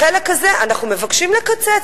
בחלק הזה אנחנו מבקשים לקצץ.